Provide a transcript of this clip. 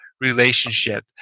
relationship